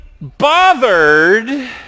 bothered